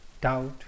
doubt